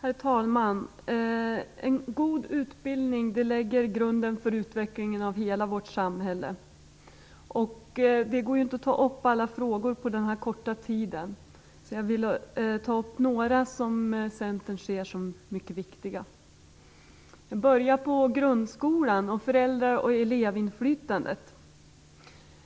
Herr talman! En god utbildning lägger grunden för utvecklingen av hela vårt samhälle. Det går inte att ta upp alla frågor på denna korta tid. Jag vill ta upp några frågor som Centern ser som mycket viktiga. Till att börja med vill jag ta upp grundskolan och föräldra och elevinflytandet.